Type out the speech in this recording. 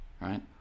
right